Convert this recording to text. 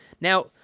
Now